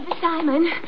Simon